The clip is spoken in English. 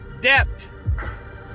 depth